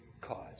cause